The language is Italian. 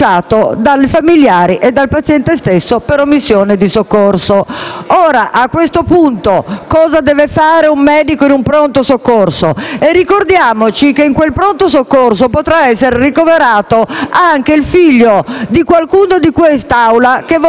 A questo punto, cosa deve fare un medico in un Pronto soccorso? Ricordiamoci che in quel Pronto soccorso potrà essere ricoverato anche il figlio di qualcuno che siede in quest'Aula e che voterà questa legge, senza possibilità di curarlo.